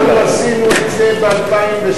אנחנו עשינו את זה ב-2006,